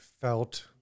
felt